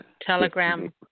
Telegram